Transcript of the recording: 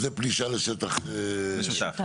זו פלישה לשטח משותף.